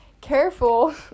Careful